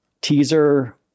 Teaser